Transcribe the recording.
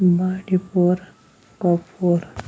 بانڈی پورہ کۄپوور